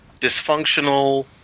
dysfunctional